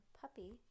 puppy